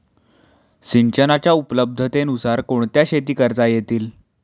सिंचनाच्या उपलब्धतेनुसार कोणत्या शेती करता येतील?